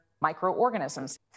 microorganisms